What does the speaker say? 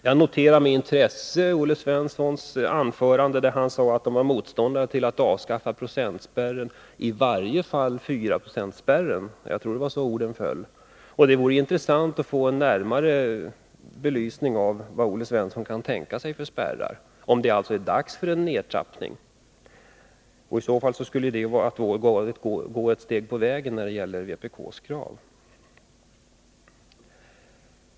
Jag noterade med intresse att Olle Svensson i sitt anförande sade att socialdemokraterna var motståndare till att avskaffa procentspärrarna, i varje fall 4-procentsspärren. Jag tror det var så orden föll. Det vore intressant att få en närmare belysning av vilka spärrar Olle Svensson kan tänka sig att det är dags att trappa ned. I så fall skulle det vara ett steg på vägen när det gäller vpk:s krav.